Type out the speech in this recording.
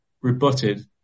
rebutted